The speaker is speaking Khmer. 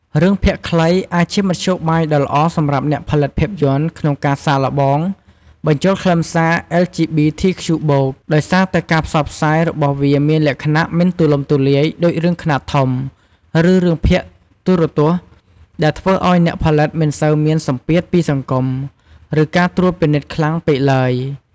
រឿងភាគខ្លី អាចជាមធ្យោបាយដ៏ល្អសម្រាប់អ្នកផលិតភាពយន្តក្នុងការសាកល្បងបញ្ចូលខ្លឹមសារ អិល ជី ប៊ី ធី ខ្ជូ បូក (LGBTQ+) ដោយសារតែការផ្សព្វផ្សាយរបស់វាមានលក្ខណៈមិនទូលំទូលាយដូចរឿងខ្នាតធំ ឬរឿងភាគទូរទស្សន៍ ដែលធ្វើឱ្យអ្នកផលិតមិនសូវមានសម្ពាធពីសង្គម ឬការត្រួតពិនិត្យខ្លាំងពេកទ្បើយ។